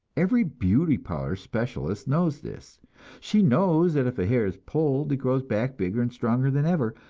every beauty parlor specialist knows this she knows that if a hair is pulled, it grows back bigger and stronger than ever,